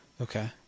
okay